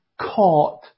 caught